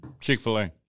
Chick-fil-A